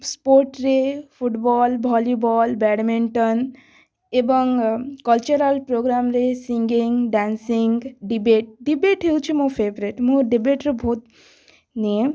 sports ରେ football volleyball badminton ଏବଂ cultural ପ୍ରୋଗ୍ରାମ୍ରେ ସିଙ୍ଗିଙ୍ଗ୍ ଡ଼୍ୟାସିଙ୍ଗ୍ ଡ଼ିବେଟ୍ ଡ଼ିବେଟ୍ ହେଉଛି ମୋ ଫେଭ୍ରେଟ୍ ମୁଁ ଡ଼ିବେଟ୍ ରେ ବହୁତ୍ ନିଏ